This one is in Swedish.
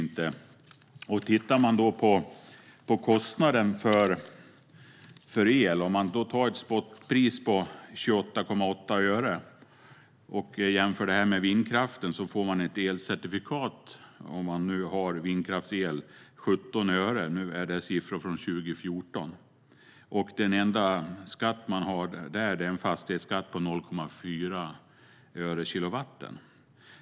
Om man tittar på kostnaden för el, tar ett spotpris på 28,8 öre och jämför det med vindkraften får man ett elcertifikat, om man nu har vindkraftsel, på 17 öre. Detta är siffror från 2014. Den enda skatt man har då är en fastighetsskatt på 0,4 öre per kilowatt.